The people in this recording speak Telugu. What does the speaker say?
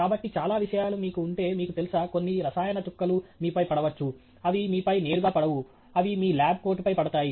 కాబట్టి చాలా విషయాలు మీకు ఉంటే మీకు తెలుసా కొన్ని రసాయన చుక్కలు మీపై పడవచ్చు అవి మీపై నేరుగా పడవు అవి మీ ల్యాబ్ కోటుపై పడతాయి